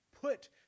put